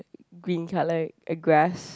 green colour grass